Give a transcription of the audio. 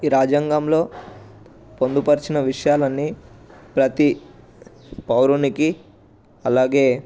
ఈ రాజ్యాంగంలో పొందుపరిచిన విషయాలన్నీ ప్రతి పౌరునికి అలాగే